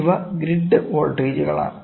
ഇവ ഗ്രിഡ് വോൾട്ടേജുകളാണ്